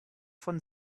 von